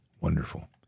wonderful